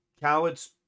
cowards